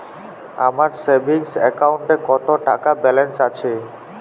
আমার সেভিংস অ্যাকাউন্টে কত টাকা ব্যালেন্স আছে?